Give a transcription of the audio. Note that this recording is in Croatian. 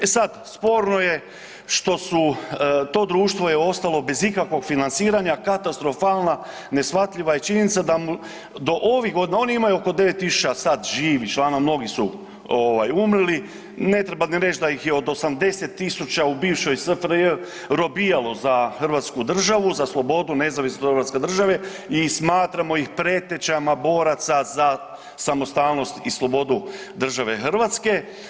E sad, sporno je što su to društvo je ostalo bez ikakvog financiranja katastrofalna neshvatljiva je činjenica da ovih godina, oni imaju oko 9.000 sad živih članova mnogi su ovaj umrli, ne treba ni reći da ih je od 80.000 u SFRJ robijalo za hrvatsku državu za slobodu nezavisne hrvatske države i smatramo ih pretečama boraca za samostalnost i slobodu države Hrvatske.